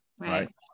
Right